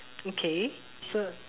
okay so